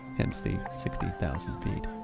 hence the sixty thousand feet.